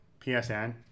PSN